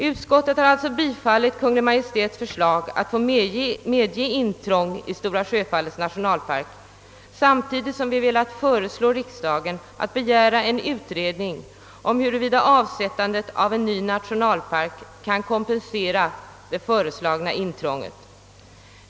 Utskottet har alltså biträtt Kungl. Maj:ts förslag att intrång i Stora Sjöfallets nationalpark skall medges, samtidigt som vi har velat föreslå riksdagen att begära en utredning om huruvida avsättandet av en ny nationalpark kan kompensera det föreslagna intrånget.